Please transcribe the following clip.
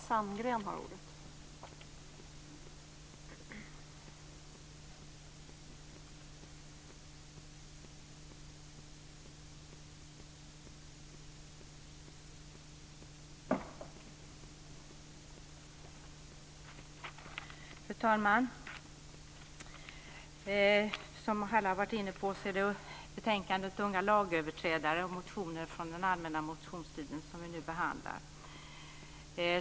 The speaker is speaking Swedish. Som alla har varit inne på är det betänkandet om unga lagöverträdare och motioner från den allmänna motionstiden som vi nu behandlar.